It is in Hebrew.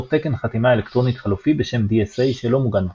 תקן חתימה אלקטרונית חלופי בשם DSA שלא מוגן בפטנטים.